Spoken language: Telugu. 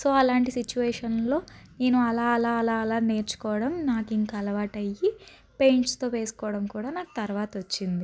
సో అలాంటి సిచువేషన్లో నేను అలా అలా అలా అలా నేర్చుకోవడం నాకు ఇంకా అలవాటయి పెయింట్స్తో వేసుకోవడం కూడా నాకు తర్వాత వచ్చింది